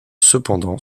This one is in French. cependant